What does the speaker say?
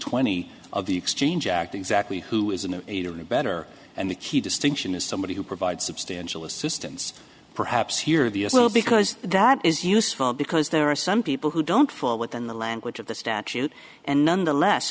twenty of the exchange act exactly who is an aider and abettor and the key distinction is somebody who provide substantial assistance perhaps here the little because that is useful because there are some people who don't fall within the language of the statute and nonetheless